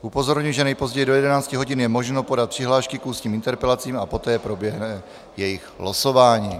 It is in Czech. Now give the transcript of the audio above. Upozorňuji, že nejpozději do 11 hodin je možno podat přihlášky k ústním interpelacím, a poté proběhne jejich losování.